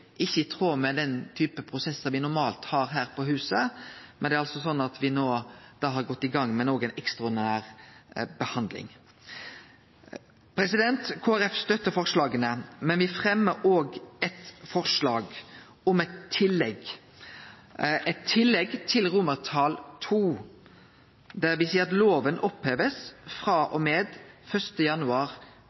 ikkje i tråd med den typen prosessar me normalt har her på huset, men det er slik at me er i gang med ei ekstraordinær behandling. Kristeleg Folkeparti støttar forslaga, men me fremjar også eit forslag om eit tillegg, eit III: «Loven oppheves fra og med 1. januar 2018.» Dette er eit forslag i tråd med